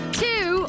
two